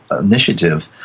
initiative